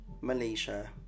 Malaysia